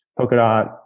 Polkadot